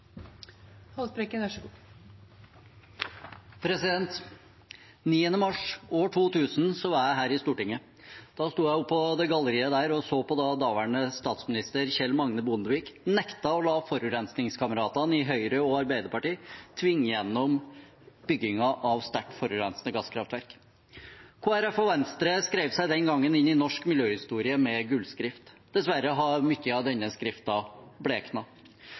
mars år 2000 var jeg her i Stortinget. Da sto jeg oppe på galleriet og så daværende statsminister Kjell Magne Bondevik nekte å la forurensningskameratene i Høyre og Arbeiderpartiet tvinge igjennom byggingen av sterkt forurensende gasskraftverk. Kristelig Folkeparti og Venstre skrev seg den gang inn i norsk miljøhistorie med gullskrift. Dessverre har mye av denne